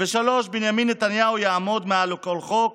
3. בנימין נתניהו יעמוד מעל לכל חוק,